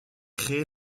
créée